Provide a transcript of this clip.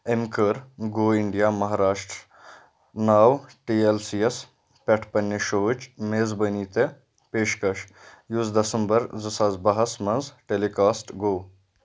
أمۍ كٔر گو اِنڈیا مہاراشٹر ناو ٹی ایل سی یَس پٮ۪ٹھ پنٛنہِ شووٕچ میزبٲنی تہِ پیشكش یُس دسمبر زٕ ساس بَہہ ہَس منٛز ٹیلی کاسٹ گوٚو